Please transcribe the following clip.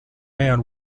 man